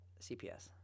CPS